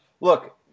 Look